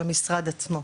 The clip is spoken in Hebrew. של המשרד עצמו,